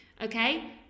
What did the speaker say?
Okay